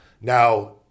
Now